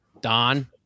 Don